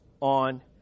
on